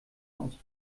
aus